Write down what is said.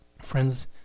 Friends